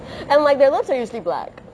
and like their lips are usually black